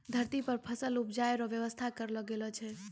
धरती पर फसल उपजाय रो व्यवस्था करलो गेलो छै